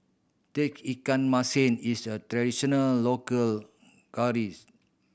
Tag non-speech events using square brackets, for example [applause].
Tauge Ikan Masin is a traditional local [unintelligible]